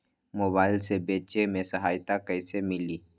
Mobile से बेचे में सहायता कईसे मिली?